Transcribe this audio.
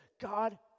God